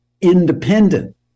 independent